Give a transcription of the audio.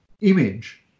image